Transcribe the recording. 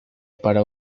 para